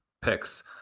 picks